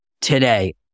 today